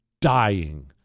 dying